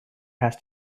has